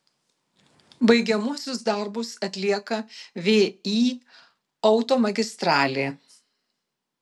baigiamuosius darbus atlieka vį automagistralė